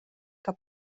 que